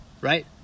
Right